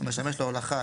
המשמש להולכה,